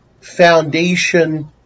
foundation